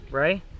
right